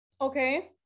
okay